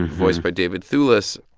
voiced by david thewlis,